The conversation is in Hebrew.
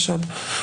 וכזב.